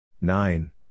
Nine